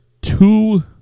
Two